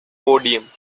podium